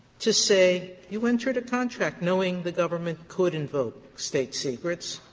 to say you entered a contract knowing the government could invoke state secrets,